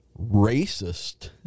racist